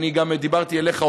אני דיברתי גם אליך,